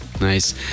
Nice